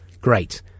great